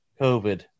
COVID